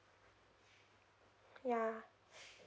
yeah